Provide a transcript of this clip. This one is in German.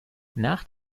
nach